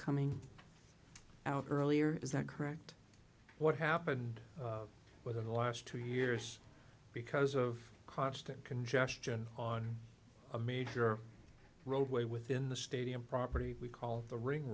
coming out earlier is that correct what happened within the last two years because of constant congestion on a major roadway within the stadium property we call it the ring